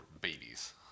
babies